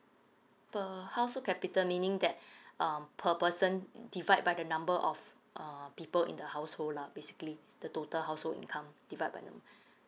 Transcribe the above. per household capita meaning that um per person divide by the number of uh people in the household lah basically the total household income divide by num~